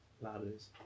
Ladders